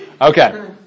Okay